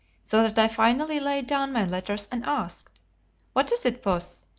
so that i finally laid down my letters and asked what is it, puss?